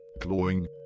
clawing